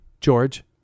George